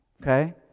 Okay